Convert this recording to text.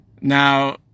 now